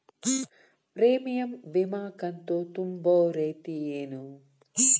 Premium ವಿಮಾ ಕಂತು ತುಂಬೋ ರೇತಿ ಏನು?